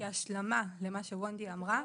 כהשלמה למה שוונדי אמרה.